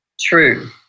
True